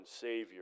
Savior